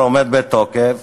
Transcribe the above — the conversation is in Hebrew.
עומד בתוקף,